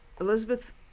Elizabeth